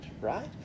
right